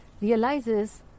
realizes